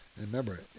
remember